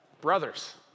Brothers